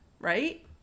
right